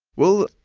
well,